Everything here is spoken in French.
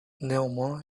néanmoins